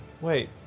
Wait